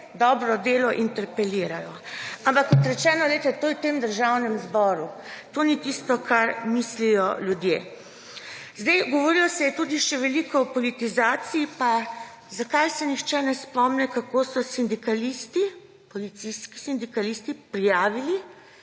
dobro delo interpelirajo. Ampak, kot rečeno, to je v tem državnem zboru. To ni tisto, kar mislijo ljudje. Govorilo se je veliko o politizaciji pa zakaj se nihče ne spominja, kako so sindikalisti, policijski sindikalisti, prijavili